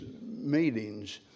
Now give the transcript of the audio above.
meetings